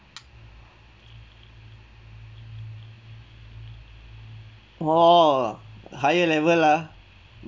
orh higher level lah